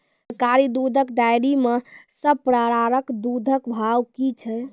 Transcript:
सरकारी दुग्धक डेयरी मे सब प्रकारक दूधक भाव की छै?